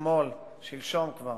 שלשום כבר